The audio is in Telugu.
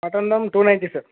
mutton dum two ninety sir